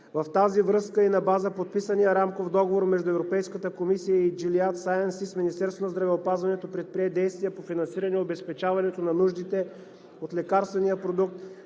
В тази връзка и на база подписания рамков договор между Европейската комисия и Gilead seiences, Министерството на здравеопазването предприе действия по финансиране обезпечаването на нуждите от лекарствения продукт,